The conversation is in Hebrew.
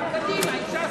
גם קדימה עם ש"ס.